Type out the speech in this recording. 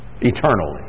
Eternally